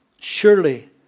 surely